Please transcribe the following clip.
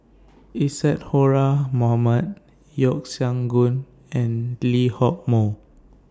Isadhora Mohamed Yeo Siak Goon and Lee Hock Moh